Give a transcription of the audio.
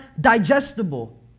digestible